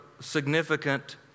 significant